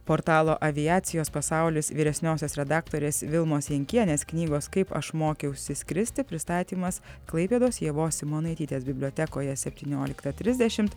portalo aviacijos pasaulis vyresniosios redaktorės vilmos jankienės knygos kaip aš mokiausi skristi pristatymas klaipėdos ievos simonaitytės bibliotekoje septynioliktą trisdešimt